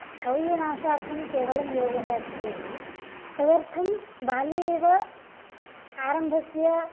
स्थौल्यनाशार्थं केवलं योगः अस्ति इति तदर्थं बाल्ये एव आरम्भस्य